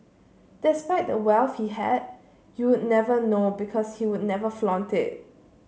despite the wealth he had you would never know because he would never flaunted it